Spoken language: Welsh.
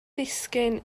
ddisgyn